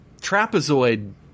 trapezoid